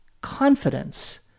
confidence